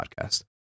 podcast